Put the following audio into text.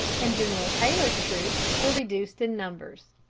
and general taylor's troops were reduced in numbers.